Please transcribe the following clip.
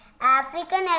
African